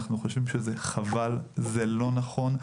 אנחנו חושבים שזה חבל ולא נכון.